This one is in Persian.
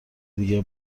دیگه